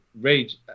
rage